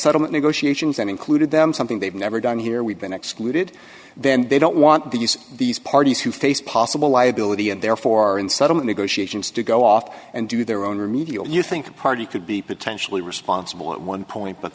settlement negotiations and included them something they've never done here we've been excluded then they don't want these these parties who face possible liability and therefore in settlement negotiations to go off and do their own remedial you think party could be potentially responsible at one point but